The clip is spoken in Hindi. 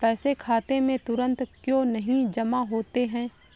पैसे खाते में तुरंत क्यो नहीं जमा होते हैं?